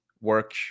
work